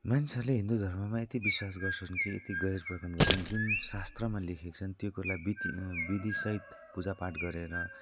मान्छेहरूले हिन्दू धर्ममा यति विश्वास गर्छन् कि यति गहिरो प्रकारले गर्छन् जुन शास्त्रमा लेखेको छन् त्यो कुरोलाई बिति विधिसहित पूजापाठ गरेर